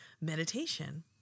meditation